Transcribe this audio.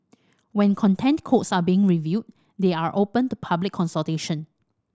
when Content Codes are being reviewed they are open to public consultation